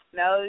no